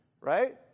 Right